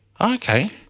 Okay